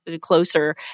closer